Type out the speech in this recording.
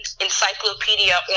encyclopedia